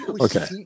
Okay